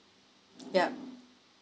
yup